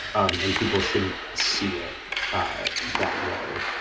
um and people shouldn't see it that way.